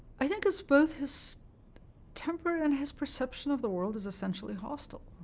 i think it's both his temper and his perception of the world as essentially hostile.